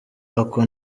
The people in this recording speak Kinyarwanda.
ako